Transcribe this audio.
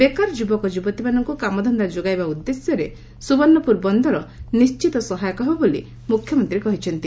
ବେକାର ଯୁବକ ଯୁବତୀମାନଙ୍କୁ କାମଧନ୍ଦା ଯୋଗାଇବା ଉଦ୍ଦେଶ୍ୟରେ ସୁବର୍ଶ୍ୱପୁର ବନ୍ଦର ନିଶ୍ବିତ ସହାୟକ ହେବ ବୋଲି ମୁଖ୍ୟମନ୍ତୀ କହିଛନ୍ତି